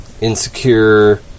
insecure